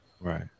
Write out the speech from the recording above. Right